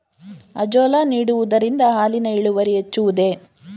Azolla ನೀಡುವುದರಿಂದ ಹಾಲಿನ ಇಳುವರಿ ಹೆಚ್ಚುವುದೇ?